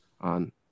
on